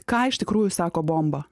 ką iš tikrųjų sako bomba